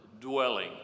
dwelling